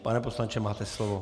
Pane poslanče, máte slovo.